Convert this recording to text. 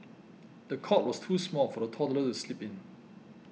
the cot was too small for the toddler to sleep in